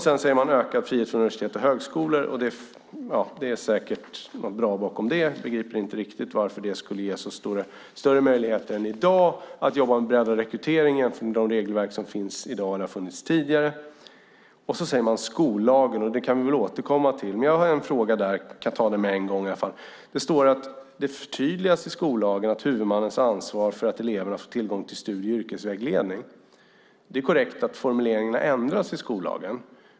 Sedan säger man: ökad frihet för universitet och högskolor. Det är säkert något bra med det, men jag begriper inte riktigt varför det skulle ge större möjligheter att jobba med breddad rekrytering jämfört med de regelverk som finns i dag eller har funnits tidigare. Man pratar också om skollagen, och den kan vi väl återkomma till. Jag har dock en fråga jag kan ta med en gång. Det står att huvudmannens ansvar för att eleverna får tillgång till studie och yrkesvägledning förtydligas i skollagen. Det är korrekt att formuleringen har ändrats i skollagen.